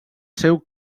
seu